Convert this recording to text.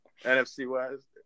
NFC-wise